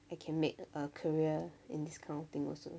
I can make a career in this kind of thing also